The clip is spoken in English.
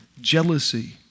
jealousy